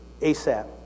Asap